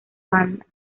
banda